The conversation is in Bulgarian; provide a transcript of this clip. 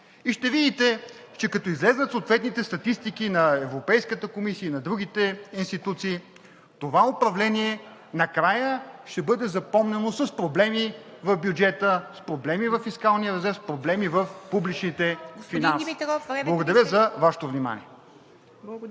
Ще видите, че като излязат съответните статистики на Европейската комисия и на другите институции, това управление накрая ще бъде запомнено с проблеми в бюджета, с проблеми във фискалния резерв, с проблеми в публичните финанси. Благодаря за Вашето внимание.